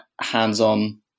hands-on